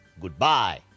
goodbye